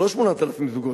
זה לא 8,000 זוגות,